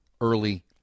early